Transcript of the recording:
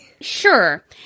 sure